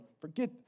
forget